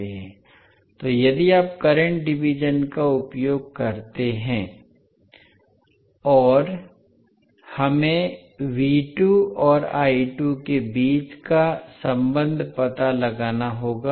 इसलिए यदि आप करंट डिवीज़न का उपयोग करते हैं अब हमें और के बीच संबंध का पता लगाना होगा